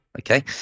Okay